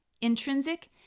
intrinsic